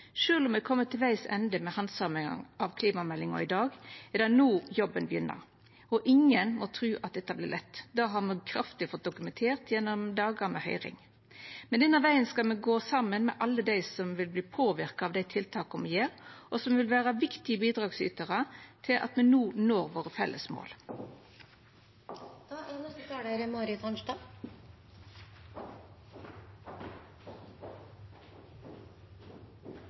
om me er ved vegs ende av handsaminga av klimameldinga i dag, er det no jobben begynner, og ingen må tru at dette vert lett, det har me kraftig fått dokumentert gjennom dagar med høyring. Men denne vegen skal me gå saman med alle dei som vil verta påverka av dei tiltaka me gjer, og som vil vera viktige bidragsytarar til at me no når våre felles mål. På en måte er